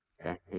Okay